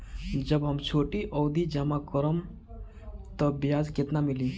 जब हम छोटी अवधि जमा करम त ब्याज केतना मिली?